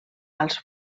als